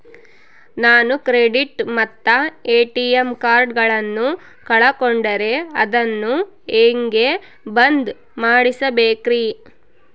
ನಾನು ಕ್ರೆಡಿಟ್ ಮತ್ತ ಎ.ಟಿ.ಎಂ ಕಾರ್ಡಗಳನ್ನು ಕಳಕೊಂಡರೆ ಅದನ್ನು ಹೆಂಗೆ ಬಂದ್ ಮಾಡಿಸಬೇಕ್ರಿ?